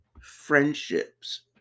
friendships